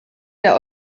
der